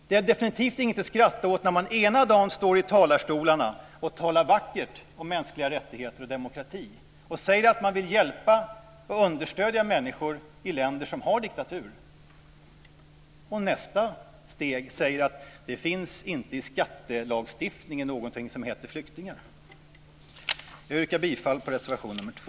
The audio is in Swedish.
Det är definitivt ingenting att skratta åt när man ena dagen står i talarstolen och talar vackert om mänskliga rättigheter och demokrati och säger att man vill hjälpa och understödja människor i länder som har diktatur och i nästa säger att det i skattelagstiftningen inte finns någonting som heter flyktingar. Jag yrkar bifall till reservation 2.